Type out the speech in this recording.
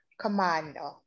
commander